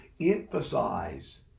emphasize